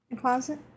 closet